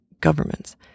governments